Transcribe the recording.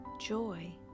joy